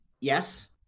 Yes